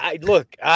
Look